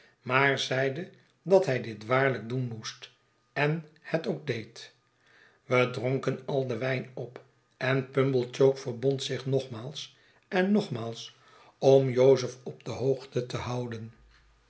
maar zeide dat hij dit waarlijk doen moest en het ook deed wij dronken al den wijn op en pumblechook verbond zich nogmaals en nogmaals om jozef op de hoogte te houden